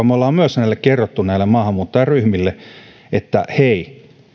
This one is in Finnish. me olemme kertoneet myös näille maahanmuuttajaryhmille että hei